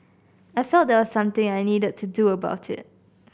I felt there was something I needed to do about it